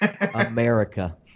America